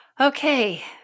Okay